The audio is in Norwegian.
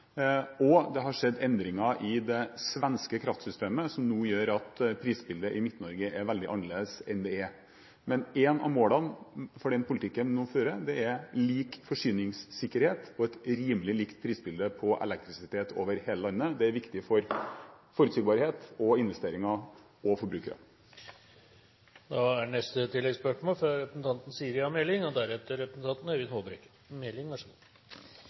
og det har skjedd endringer i det svenske kraftsystemet som gjør at prisbildet i Midt-Norge nå er veldig annerledes. Ett av målene for den politikken vi nå fører, er lik forsyningssikkerhet og et rimelig likt prisbilde på elektrisitet over hele landet. Det er viktig for forutsigbarhet, investeringer og